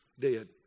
dead